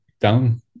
down